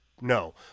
no